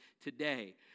today